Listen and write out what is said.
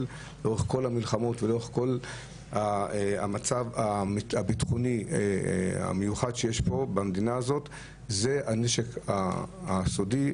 לאורך כל המלחמות והמצב הביטחוני המיוחד פה זה הנשק הסודי,